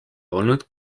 olnud